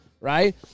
right